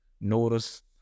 notice